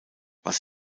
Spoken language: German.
was